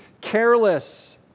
careless